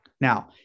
now